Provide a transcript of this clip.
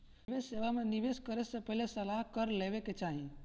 निवेश सेवा में निवेश करे से पहिले सलाह कर लेवे के चाही